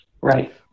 Right